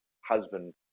husband